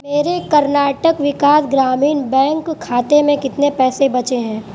میرے کرناٹک وکاس گرامین بینک کھاتے میں کتنے پیسے بچے ہیں